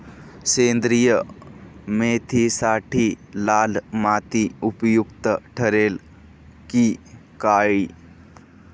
सेंद्रिय मेथीसाठी लाल माती उपयुक्त ठरेल कि काळी?